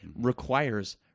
requires